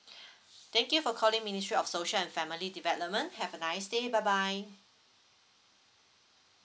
thank you for calling ministry of social and family development have a nice day bye bye